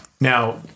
Now